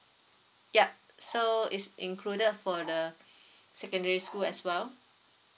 yup so it's included for the secondary school as well